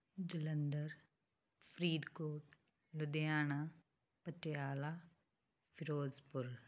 Jalandhar Faridkot Ludhiana Patiala Firozpur